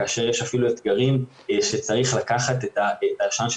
כאשר יש אפילו אתגרים שצריך לקחת את העשן של